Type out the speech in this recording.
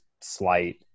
slight –